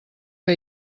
que